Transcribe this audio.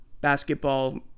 basketball